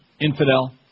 Infidel